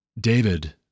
David